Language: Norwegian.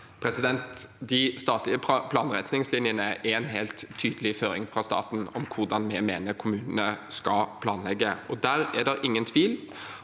De statlige planretningslinjene er en helt tydelig føring fra staten om hvordan vi mener kommunene skal planlegge. Der er det ingen tvil